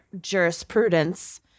jurisprudence